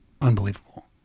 unbelievable